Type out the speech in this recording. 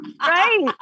Right